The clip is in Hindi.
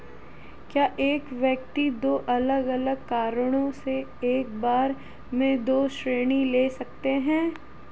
क्या एक व्यक्ति दो अलग अलग कारणों से एक बार में दो ऋण ले सकता है?